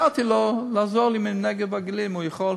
אסטרטגיה כזו או אחרת בתחום התיירות זה היה עושה מהפכה.